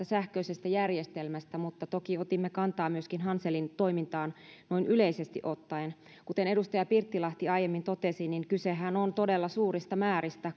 sähköisestä järjestelmästä mutta toki otimme kantaa myöskin hanselin toimintaan noin yleisesti ottaen kuten edustaja pirttilahti aiemmin totesi kysehän on todella suurista määristä